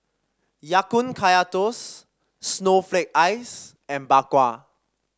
Ya Kun Kaya Toast Snowflake Ice and Bak Kwa